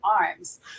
arms